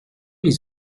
les